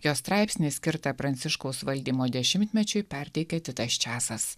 jo straipsnį skirtą pranciškaus valdymo dešimtmečiui perteikia titas česas